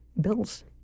bills